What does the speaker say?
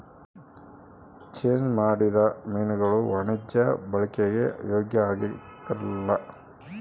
change ಮಾಡಿದ ಮೀನುಗುಳು ವಾಣಿಜ್ಯ ಬಳಿಕೆಗೆ ಯೋಗ್ಯ ಆಗಿರಕಲ್ಲ